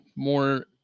more